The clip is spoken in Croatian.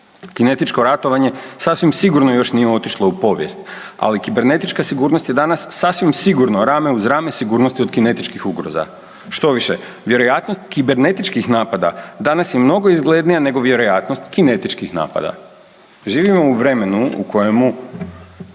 Kinetičko ratovanje sasvim sigurno još nije otišlo u povijest, ali kibernetička sigurnost je danas sasvim sigurno rame uz rame sigurnosti od kinetičkih ugroza. Štoviše vjerojatnost kibernetičkih napada danas je mnogo izglednija nego vjerojatnost kinetičkih napada. Živimo u vremenu u kojemu